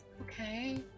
Okay